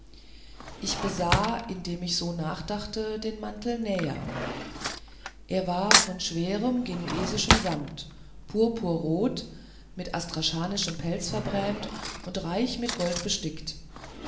ich besah indem ich so nachdachte den mantel näher er war von schwerem genuesischem samt purpurrot mit astrachanischem pelz verbrämt und reich mit gold gestickt